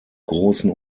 großen